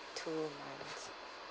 two months